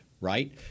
right